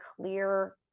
clear